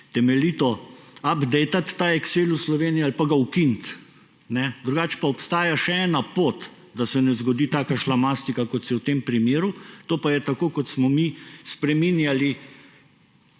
temeljito updatati ta excel v Sloveniji ali pa ga ukiniti. Drugače pa obstaja še ena pot, da se ne zgodi taka šlamastika, kot se je v tem primeru, to pa je tako, kot smo mi spreminjali